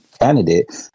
candidate